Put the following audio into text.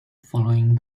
following